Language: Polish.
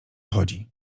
chodzi